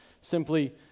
simply